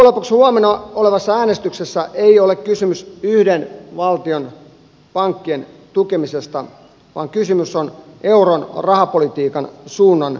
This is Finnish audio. loppujen lopuksi huomenna olevassa äänestyksessä ei ole kysymys yhden valtion pankkien tukemisesta vaan kysymys on euron rahapolitiikan suunnanmuutoksesta